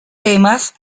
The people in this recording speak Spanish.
temas